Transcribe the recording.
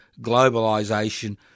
globalisation